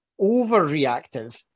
overreactive